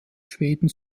schweden